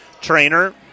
Trainer